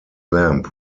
lamp